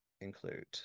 include